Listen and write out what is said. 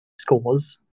scores